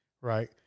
right